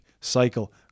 cycle